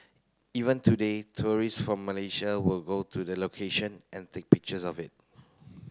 even today tourists from Malaysia will go to the location and take pictures of it